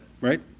right